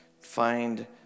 find